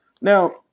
now